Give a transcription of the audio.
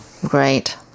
Great